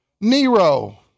Nero